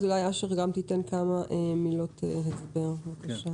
אשר, כמה מילות הסבר, בבקשה.